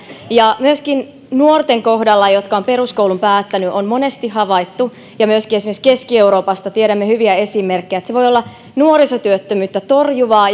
myöskin nuorten kohdalla jotka ovat peruskoulun päättäneet on monesti havaittu ja myöskin esimerkiksi keski euroopasta tiedämme hyviä esimerkkejä että voi olla nuorisotyöttömyyttä torjuvaa